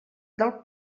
del